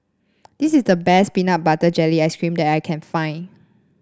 this is the best Peanut Butter Jelly Ice cream that I can find